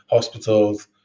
hospitals,